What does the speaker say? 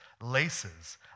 laces